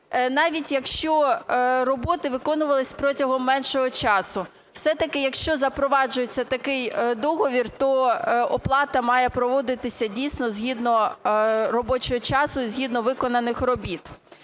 навіть якщо роботи виконувалися протягом меншого часу. Все-таки якщо запроваджується такий договір, то оплата має проводитися дійсно згідно робочого часу і згідно виконаних робіт.